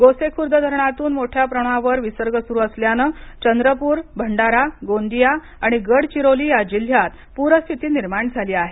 गोसेखुर्द धरणातून मोठ्या प्रमाणावर विसर्ग सुरु असल्यानं चंद्रपूर भंडारा गोंदिया आणि गडचिरोली या जिल्ह्यात पूरस्थिती निर्माण झाली ह आहे